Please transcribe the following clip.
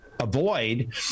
avoid